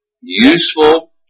useful